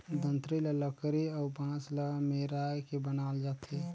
दँतरी ल लकरी अउ बांस ल मेराए के बनाल जाथे